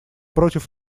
против